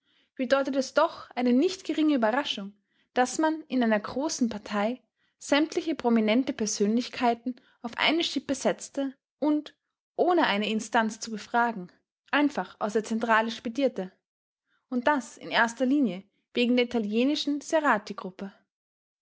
bedeutet es doch eine nicht geringe überraschung daß man in einer großen partei sämtliche prominente persönlichkeiten auf eine schippe setzte und ohne eine instanz zu befragen einfach aus der zentrale spedierte und das in erster linie wegen der italienischen